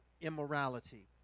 immorality